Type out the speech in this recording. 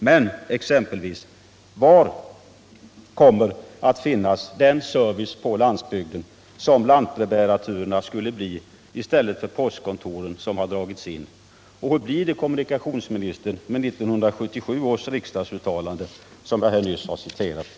Men var kommer det att finnas den service på landsbygden som lantbrevbäringsturerna skulle bli i stället för postkontoren som har dragits in? Och hur blir det, kommunikationsministern, med 1977 års riksdagsuttalande som jag nyss åberopade?